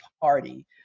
Party